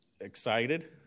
excited